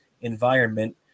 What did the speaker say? environment